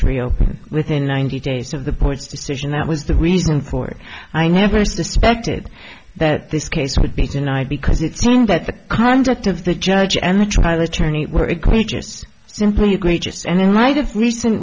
trio within ninety days of the ports decision that was the reason for it i never suspected that this case would be denied because it seemed that the conduct of the judge and the trial attorney were egregious simply egregious and in light of recent